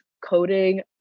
coding